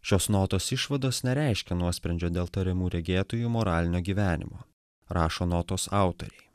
šios notos išvados nereiškia nuosprendžio dėl tariamų regėtojų moralinio gyvenimo rašo notos autoriai